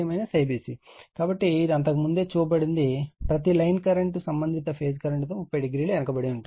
కాబట్టి ఇది ఇంతకు ముందే చూపబడింది ప్రతి లైన్ కరెంట్ సంబంధిత ఫేజ్ కరెంట్ తో 30o వెనుకబడి ఉంటుంది